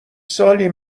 سالی